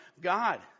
God